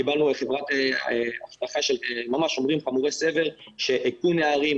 קיבלנו שומרים חמורי סבר שהיכו נערים,